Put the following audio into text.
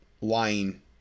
lying